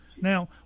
Now